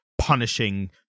Punishing